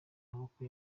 maboko